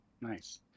nice